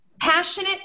passionate